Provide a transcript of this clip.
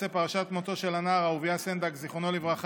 בנושא: פרשת מותו של הנער אהוביה סנדק ז"ל,